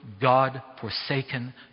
God-forsaken